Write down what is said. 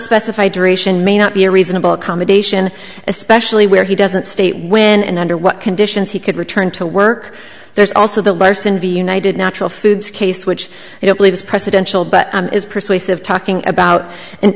specified duration may not be a reasonable accommodation especially where he doesn't state when and under what conditions he could return to work there's also the bison v united natural foods case which you know believes presidential but is persuasive talking a